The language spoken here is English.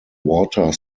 water